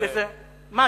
מה,